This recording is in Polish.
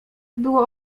było